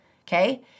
okay